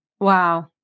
Wow